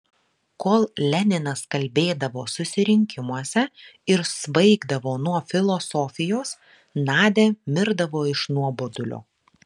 kol leninas kalbėdavo susirinkimuose ir svaigdavo nuo filosofijos nadia mirdavo iš nuobodulio